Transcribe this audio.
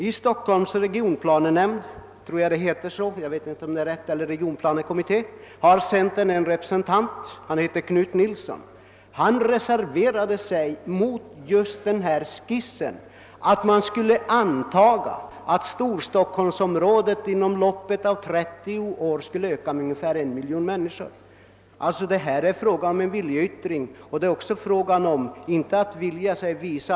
I Stockholms regionplanenämnd -: har centern en representant, Knut Nilsson, som reserverade sig mot just skissen att Storstockholmsområdet inom loppet av 30 år skulle öka med ungefär 1 miljon människor. Här är det fråga om en viljeyttring från centerns sida.